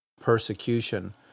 persecution